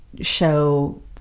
show